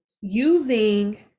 using